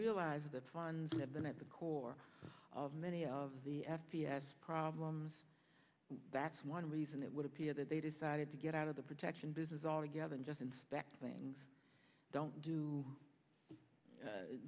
realize that funds have been at the core of many of the yes problems that's one reason it would appear that they decided to get out of the protection business altogether and just inspect things don't do